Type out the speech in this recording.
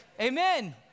amen